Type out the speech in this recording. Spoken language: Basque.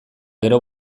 gero